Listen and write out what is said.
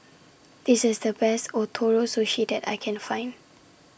This IS The Best Ootoro Sushi that I Can Find